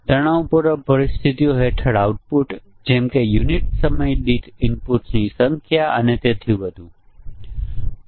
તેથી આપણે સૌ પ્રથમ આ ઇનપુટ પરિમાણ કોષ્ટક ની ગોઠવણી કરીએ